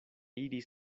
iris